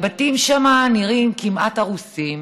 הבתים שם נראים כמעט הרוסים,